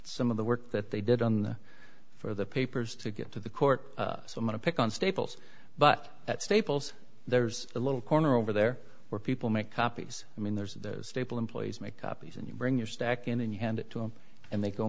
some of the work that they did on for the papers to get to the court so i'm going to pick on staples but at staples there's a little corner over there where people make copies i mean there's a staple employees make copies and you bring your stack and then you hand it to him and they go